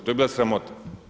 To je bila sramota.